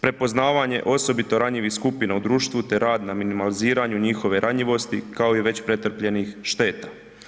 Prepoznavanje osobito ranjivih skupina u društvu te rad na minimaliziranju njihove ranjivosti kao i već pretrpljenih šteta.